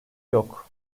yok